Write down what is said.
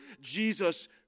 Jesus